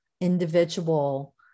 individual